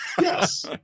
yes